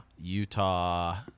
Utah